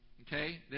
okay